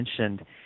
mentioned